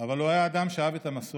אבל הוא היה אדם שאוהב את המסורת.